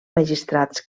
magistrats